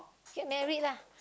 get married lah